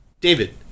David